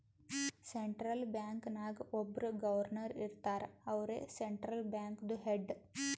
central bank ನಾಗ್ ಒಬ್ಬುರ್ governor ಇರ್ತಾರ ಅವ್ರೇ ಸೆಂಟ್ರಲ್ ಬ್ಯಾಂಕ್ದು ಹೆಡ್